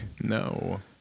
No